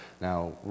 Now